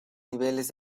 niveles